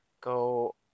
Go